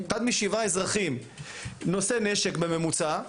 משבעה אזרחים נושא נשק בממוצע,